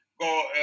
go